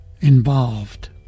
involved